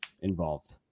involved